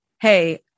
hey